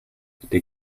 der